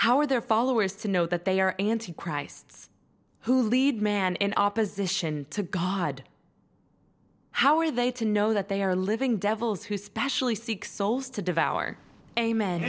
how are their followers to know that they are anti christs who lead man in opposition to god how are they to know that they are living devils who specially seek souls to devour amen